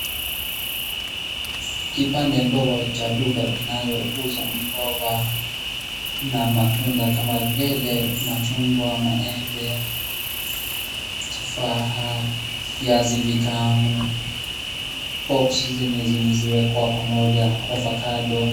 Kipande ndogo cha duka kinayouza mboga na matunda kama vile machungwa, maembe, tufaha, viazi vitamu boxi zilizowekwa pamoja, ovacado.